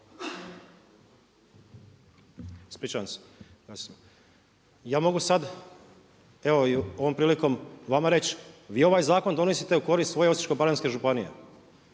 Jel' mogu sad? Evo ovom prilikom želim vama reći vi ovaj zakon donosite u korist svoje Osječko-baranjske županije.